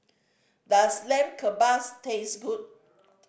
does Lamb Kebabs taste good